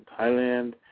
Thailand